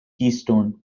keystone